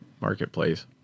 marketplace